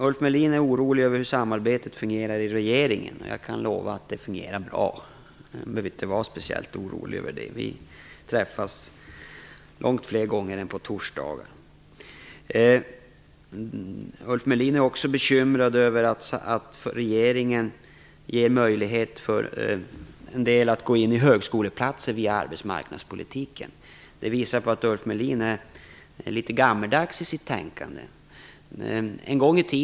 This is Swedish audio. Ulf Melin är orolig över samarbetet i regeringen, men jag kan lova att det fungerar bra. Ulf Melin behöver inte vara speciellt orolig i det avseendet. Vi träffas långt oftare än på torsdagar. Vidare är Ulf Melin bekymrad över att regeringen ger en del möjlighet att få en högskoleplats via arbetsmarknadspolitiken. Det visar att Ulf Melin är litet gammeldags i sitt tänkande.